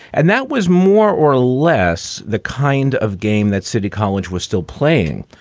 and that was more or less the kind of game that city college was still playing.